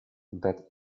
that